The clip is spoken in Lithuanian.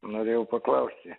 norėjau paklausti